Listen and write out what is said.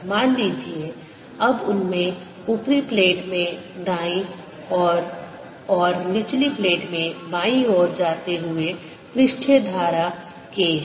मान लीजिए अब उनमें ऊपरी प्लेट में दाईं ओर और निचले प्लेट में बाईं ओर जाते हुए पृष्ठीय धारा K है